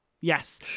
Yes